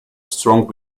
strong